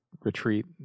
retreat